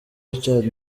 richard